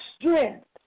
strength